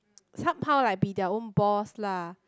somehow like be their own boss lah